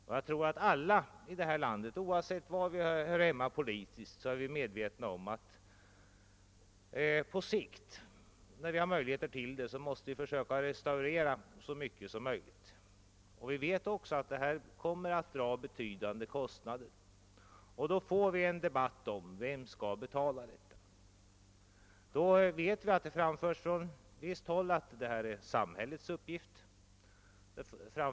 Och jag tror att vi alla i detta land — oavsett var vi hör hemma politiskt — är medvetna om att vi på sikt, när vi har möjligheter till det, måste försöka restaurera så mycket som möjligt. Vi vet också att detta kommer att dra betydande kostnader. Då får vi en debatt om vem som skall betala. Från visst håll sägs att detta är samhällets uppgift.